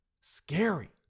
Scary